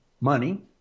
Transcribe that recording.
money